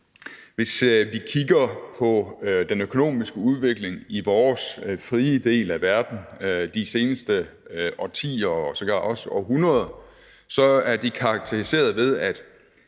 Hvis vi kigger på den økonomiske udvikling i vores frie del af verden i de seneste årtier og sågar også århundreder, ser vi, at de år er karakteriseret ved, at